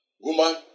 woman